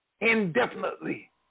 indefinitely